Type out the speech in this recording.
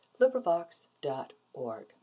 LibriVox.org